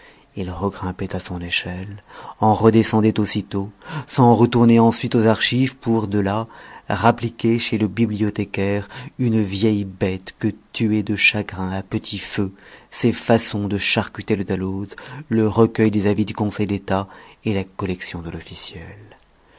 il regrimpait à son échelle en redescendait aussitôt s'en retournait ensuite aux archives pour de là rappliquer chez le bibliothécaire une vieille bête que tuaient de chagrin à petit feu ses façons de charcuter le dalloz le recueil des avis du conseil d'état et la collection de